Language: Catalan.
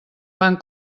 van